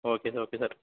okay sir okay sir